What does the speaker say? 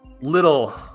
little